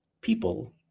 people